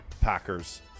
Packers